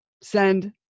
send